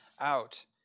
Out